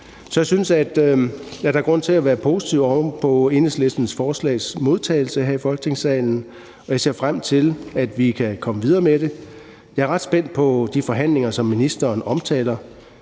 Jeg synes, der er grund til at være positiv oven på modtagelsen af Enhedslistens forslag her i Folketingssalen, og jeg ser frem til, at vi kan komme videre med det. Jeg er ret spændt på de forhandlinger, som ministeren omtaler,